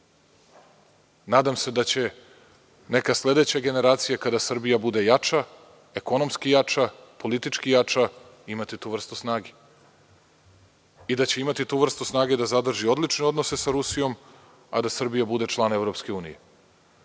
Nadam se da će neke sledeće generacije kada Srbija bude jača, ekonomski jača, politički jača imati tu vrstu snage, i da će imati tu vrstu snage da zadrži odlične odnose sa Rusijom, a da Srbija bude član EU. Dakle,